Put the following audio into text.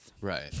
Right